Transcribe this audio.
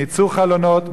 ניתצו חלונות,